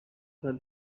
for